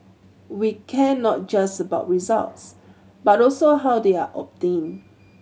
we care not just about results but also how they are obtained